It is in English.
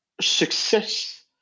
success